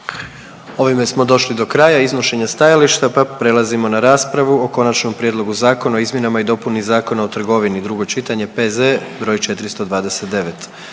Ovim smo došli do kraja iznošenja stajališta pa prelazimo na raspravu o: - Konačnom prijedlogu Zakona o izmjenama i dopuni Zakona o trgovini, drugo čitanje, P.Z. broj 429